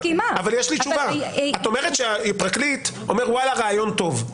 את אומרת שהפרקליט אומר שזה רעיון טוב,